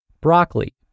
broccoli